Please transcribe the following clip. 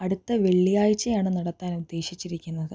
അടുത്ത വെള്ളിയാഴ്ചയാണ് നടത്താൻ ഉദ്ദേശിച്ചിരിക്കുന്നത്